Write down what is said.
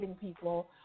people